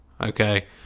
okay